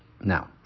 Now